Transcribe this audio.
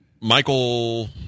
Michael